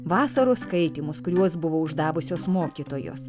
vasaros skaitymus kuriuos buvo uždavusios mokytojos